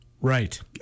Right